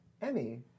Emmy